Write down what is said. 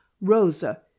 Rosa